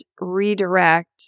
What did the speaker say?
redirect